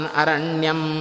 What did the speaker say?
aranyam